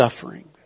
suffering